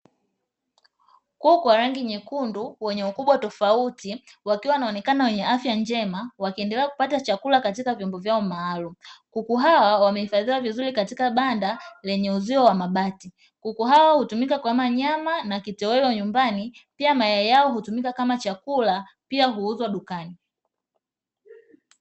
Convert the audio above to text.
kuku wa rangi nyekundu wenye ukubwa tofauti wakiwa wanaonekana wenye afya njema wakiendelea kupata chakula katika vyombo vyao maalumu. Kuku hawa wamehifadhiwa vizuri katika banda lenye uzio wa mabati, kuku hawa hutumika kwa manyama na kitoweo nyumbani pia mayai yao hutumika kama chakula pia huuzwa dukani.